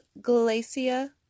Glacia